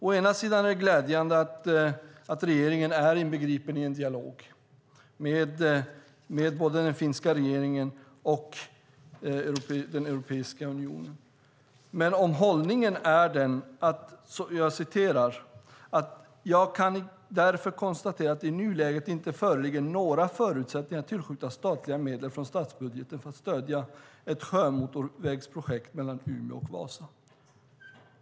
Å ena sidan är det glädjande att regeringen är inbegripen i en dialog både med den finska regeringen och med Europeiska unionen. I svaret står följande: "Jag kan därför konstatera att det i nuläget inte föreligger några förutsättningar att tillskjuta statliga medel från statsbudgeten för att stödja ett sjömotorvägsprojekt mellan Umeå och Vasa."